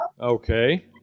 Okay